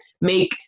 make